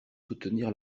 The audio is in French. soutenir